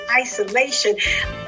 isolation